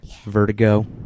Vertigo